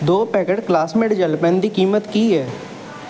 ਦੋ packet Classmate gel pen ਦੀ ਕੀਮਤ ਕੀ ਹੈ